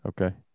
Okay